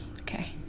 Okay